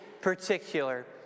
particular